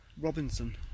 Robinson